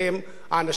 ויודעים את האמת.